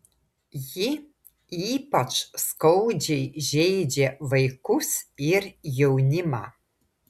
ji ypač skaudžiai žeidžia vaikus ir jaunimą